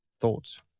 thoughts